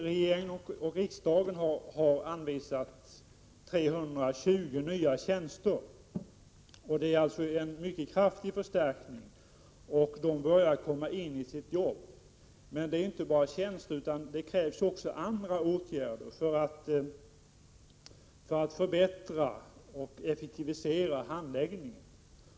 Regering och riksdag har anvisat 320 nya tjänster, och det är en mycket kraftig förstärkning. De tjänstemännen börjar komma in i sitt arbete, men det behövs inte bara tjänster, utan det krävs också andra åtgärder för att förbättra och effektivisera handläggningen.